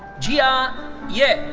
jia ye.